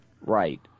Right